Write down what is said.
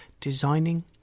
designing